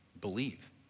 believe